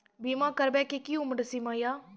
बीमा करबे के कि उम्र सीमा या?